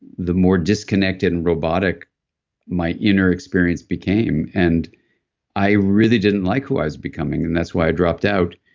the more disconnected and robotic my inner experience became, and i really didn't like who i was becoming. and that's why i dropped out.